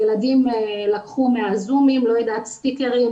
ילדים לקחו מהזומים סטיקרים,